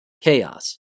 Chaos